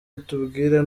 itubwira